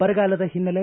ಬರಗಾಲದ ಹಿನ್ನೆಲೆ